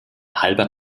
halber